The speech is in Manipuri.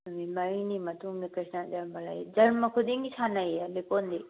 ꯅꯨꯃꯤꯠ ꯃꯔꯤꯅꯤ ꯃꯇꯨꯡꯗ ꯀ꯭ꯔꯤꯁꯅ ꯖꯔꯃ ꯂꯩ ꯖꯔꯃ ꯈꯨꯗꯤꯡꯒꯤ ꯁꯥꯟꯅꯩꯌꯦ ꯂꯤꯛꯀꯣꯟꯗꯤ